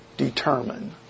Determine